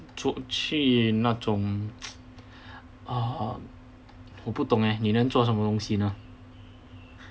去那种呃我不懂呃你能做什么东西